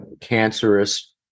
cancerous